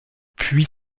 puis